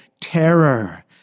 terror